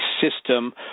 system